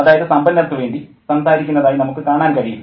അതായത് സമ്പന്നർക്ക് വേണ്ടി സംസാരിക്കുന്നതായി നമുക്ക് കാണാൻ കഴിയില്ല